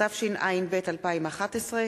התשע”ב 2011,